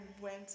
went